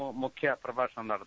P മുഖ്യ പ്രഭാഷണം നടത്തി